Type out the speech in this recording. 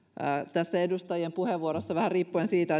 tässä edustajien puheenvuoroissa vähän riippuen siitä